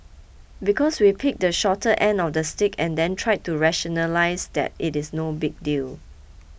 because we picked the shorter end of the stick and then tried to rationalise that it is no big deal